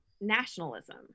nationalism